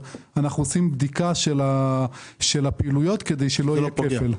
אנחנו עושים בדיקה של הפעילויות כדי שלא יהיה כפל.